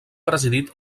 presidit